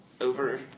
over